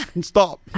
stop